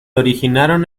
originaron